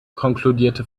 konkludiert